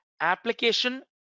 application